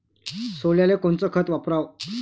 सोल्याले कोनचं खत वापराव?